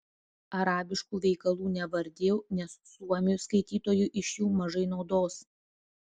arabiškų veikalų nevardijau nes suomiui skaitytojui iš jų mažai naudos